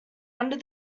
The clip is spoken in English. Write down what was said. under